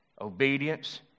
obedience